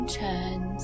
turns